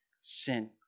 sin